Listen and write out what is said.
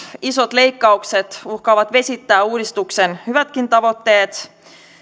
isot leikkaukset uhkaavat vesittää uudistuksen hyvätkin tavoitteet